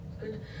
Good